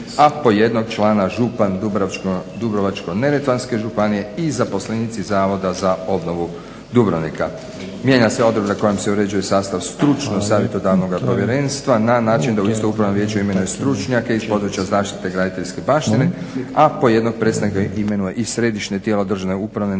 po jednog člana župan Dubrovačko-neretvanske županije i zaposlenici Zavoda za obnovu Dubrovnika. Mijenja se odredba kojom se uređuje sastav stručno-savjetodavnog povjerenstva na način da u isto upravno vijeće imenuje stručnjake iz područja zaštite graditeljske baštine, a po jednog predstavnika imenuje i središnje tijelo državne uprave